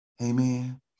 Amen